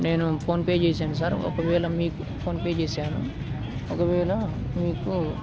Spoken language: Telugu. నేను ఫోన్పే చేశాను సార్ ఒకవేళ మీకు ఫోన్పే చేశాను ఒకవేళ మీకు